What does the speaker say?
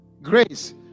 grace